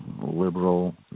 liberal